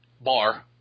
bar